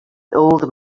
old